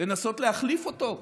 לנסות להחליף אותו.